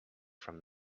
from